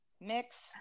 mix